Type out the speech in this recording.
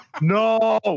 No